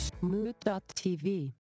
Mood.tv